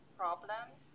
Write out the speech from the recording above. problems